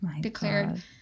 declared